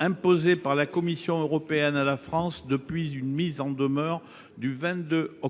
imposée par la Commission européenne à la France depuis une mise en demeure du 22 octobre